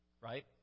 Right